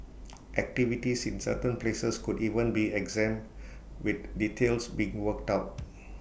activities in certain places could even be exempt with details being worked out